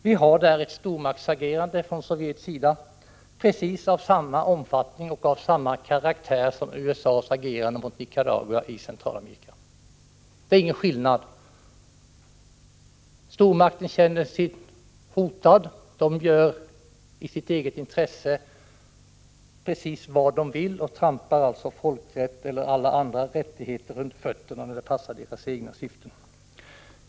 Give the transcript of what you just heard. Vi har där ett stormaktsagerande från sovjetisk sida av samma omfattning och karaktär som USA:s agerande mot Nicaragua i Centralamerika. Det är ingen skillnad. Stormakten känner sig hotad. Den gör precis vad den vill och trampar folkrätten och alla andra rättigheter under fötterna när det passår dess egna syften.